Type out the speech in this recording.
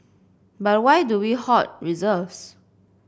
but why do we hoard reserves